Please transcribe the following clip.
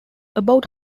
about